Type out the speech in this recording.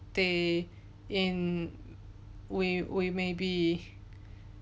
they in we we maybe